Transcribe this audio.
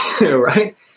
right